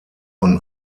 von